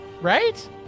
Right